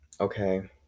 Okay